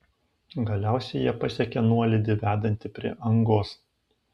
galiausiai jie pasiekė nuolydį vedantį prie angos